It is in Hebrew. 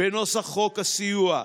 בנוסח חוק הסיוע,